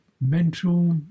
mental